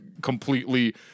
completely